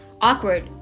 awkward